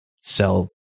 sell